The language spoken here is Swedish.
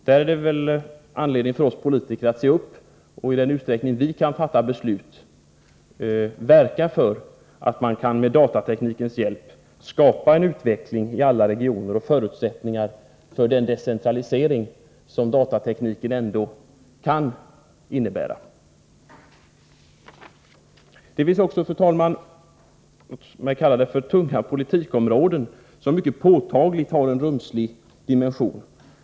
Där finns det anledning för oss politiker att se upp och, i den utsträckning vi kan fatta beslut, verka för att med datateknikens hjälp skapa en utveckling i alla regioner och ge förutsättningar för den decentralisering som datatekniken ändå kan innebära. Fru talman! Det finns också tunga politikområden — låt mig kalla det så — som mycket påtagligt har en rumslig dimension.